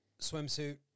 swimsuit